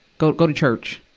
go, go to church.